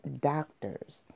doctors